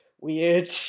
weird